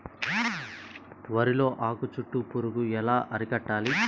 వరిలో ఆకు చుట్టూ పురుగు ఎలా అరికట్టాలి?